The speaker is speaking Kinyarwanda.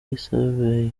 yise